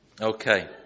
Okay